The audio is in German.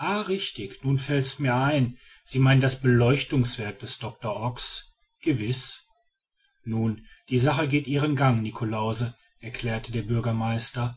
richtig nun fällt's mir ein sie meinen das beleuchtungswerk des doctor ox gewiß nun die sache geht ihren gang niklausse erklärte der bürgermeister